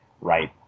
right